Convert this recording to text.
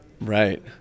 Right